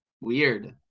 Weird